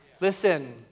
Listen